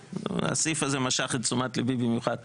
הסעיף הזה משך את תשומת ליבי במיוחד תומר,